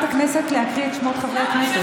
לסגנית מזכירת הכנסת להקריא את שמות חברי הכנסת.